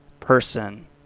person